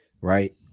right